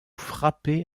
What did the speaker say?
frappé